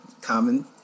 common